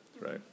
Right